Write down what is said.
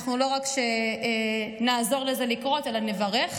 אנחנו לא רק נעזור לזה לקרות אלא נברך,